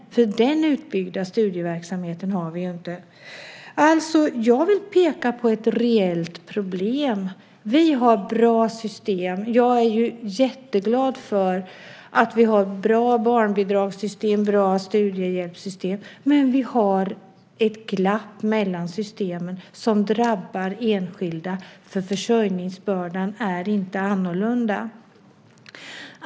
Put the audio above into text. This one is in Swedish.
Den utbyggda studieverksamheten har vi ju inte. Jag vill peka på ett reellt problem. Vi har bra system. Jag är glad för att vi har bra barnbidragssystem och bra studiehjälpssystem, men vi har ett glapp mellan systemen som drabbar enskilda. Försörjningsbördan är ju inte annorlunda.